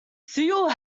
seoul